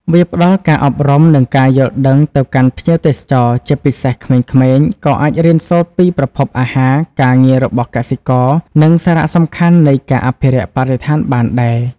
វាផ្តល់ការអប់រំ និងការយល់ដឹងទៅកាន់ភ្ញៀវទេសចរ ជាពិសេសក្មេងៗ ក៏អាចរៀនសូត្រពីប្រភពអាហារ ការងាររបស់កសិករ និងសារៈសំខាន់នៃការអភិរក្សបរិស្ថានបានដែរ ។